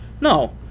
No